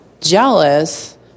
jealous